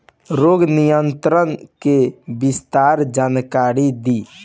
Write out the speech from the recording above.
रोग नियंत्रण के विस्तार जानकारी दी?